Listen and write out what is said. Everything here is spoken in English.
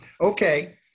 Okay